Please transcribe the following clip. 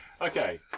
Okay